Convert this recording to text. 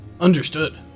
Understood